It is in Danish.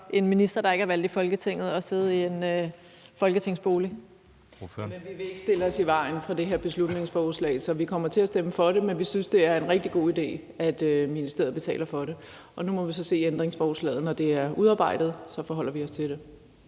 Anden næstformand (Jeppe Søe): Ordføreren. Kl. 18:50 Brigitte Klintskov Jerkel (KF): Vi vil ikke stille os i vejen for det her lovforslag, så vi kommer til at stemme for det. Men vi synes, det er en rigtig god idé, at ministeriet betaler for det. Nu må vi så se ændringsforslaget, når det er udarbejdet, og så forholder vi os til det.